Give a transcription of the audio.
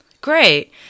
Great